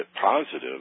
positive